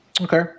Okay